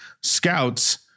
scouts